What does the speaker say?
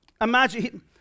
Imagine